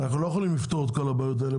אנחנו לא יכולים לפתור את כל הבעיות האלה.